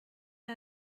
wir